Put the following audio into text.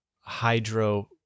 hydro